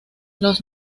los